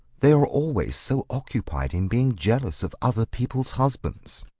they are always so occupied in being jealous of other people's husbands.